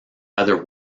other